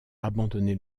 abandonné